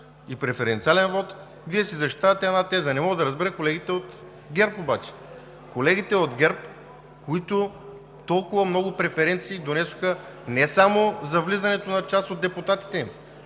и преференциален вот, Вие защитавате една теза. Не мога да разбера обаче колегите от ГЕРБ – колегите от ГЕРБ, които толкова много преференции донесоха не само за влизането на част от депутатите им,